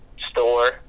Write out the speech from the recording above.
store